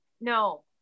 no